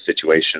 situation